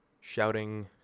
shouting